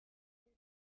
the